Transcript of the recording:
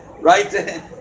right